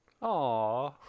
Aw